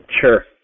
Sure